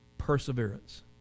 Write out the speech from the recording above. perseverance